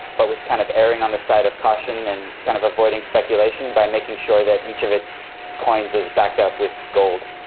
but with kind of erring on the side of caution and kind of avoiding speculation by making sure that each of its coins is backed up with the gold.